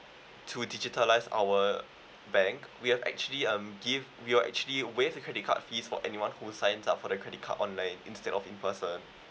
to digitalise our bank we have actually um give we've actually waive the credit card fees for anyone who sign up for the credit card on like instead of in person